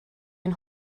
ein